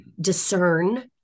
discern